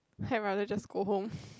I rather just go home